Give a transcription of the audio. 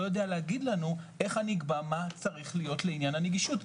יודע להגיד לנו איך אני אקבע מה צריך להיות לעניין הנגישות.